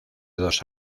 dos